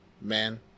man